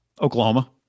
Oklahoma